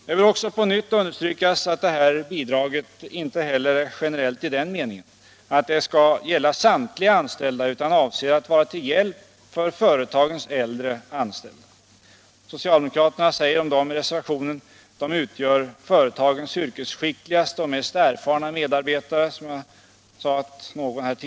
Det bör också på nytt understrykas att det här bidraget inte heller är generellt i den meningen att det skall gälla samtliga anställda utan avser att vara till hjälp för företagens äldre anställda. Socialdemokraterna säger om dem i reservationen att de utgör företagens yrkesskickligaste och mest erfarna medarbetare.